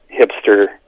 hipster